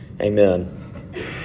Amen